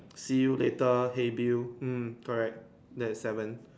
see you later hey Bill hmm correct that is seven